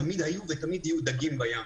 תמיד יהיו דגים בים.